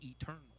eternal